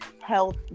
health